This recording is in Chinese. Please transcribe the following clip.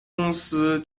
公司